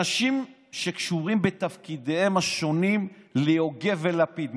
אנשים שקשורים בתפקידיהם השונים ליוגב ולפיד,